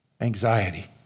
anxiety